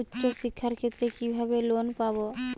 উচ্চশিক্ষার ক্ষেত্রে কিভাবে লোন পাব?